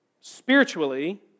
spiritually